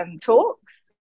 talks